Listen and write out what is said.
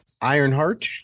Ironheart